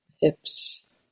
hips